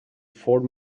ford